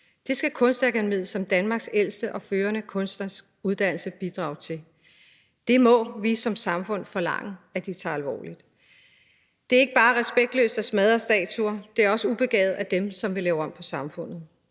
Det skal Kunstakademiet som Danmarks ældste og førende kunstneruddannelsesinstitution bidrage til. Det må vi som samfund forlange at de tager alvorligt. Det er ikke bare respektløst at smadre statuer, det er også ubegavet af dem, som vil lave om på samfundet.